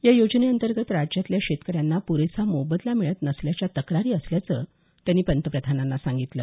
या योजनेअंतर्गत राज्यातल्या शेतकऱ्यांना प्रेसा मोबदला मिळत नसल्याच्या तक्रारी असल्याचं त्यांनी पंतप्रधानांना सांगितलं